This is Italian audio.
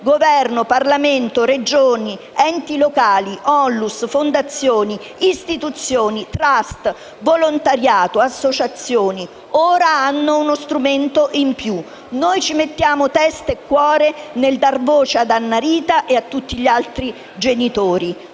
Governo, Parlamento, Regioni, enti locali, ONLUS, fondazioni, istituzioni, *trust*, volontariato e associazioni hanno ora uno strumento in più. Noi ci mettiamo testa e cuore nel dar voce ad Annarita e a tutti gli altri genitori.